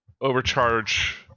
overcharge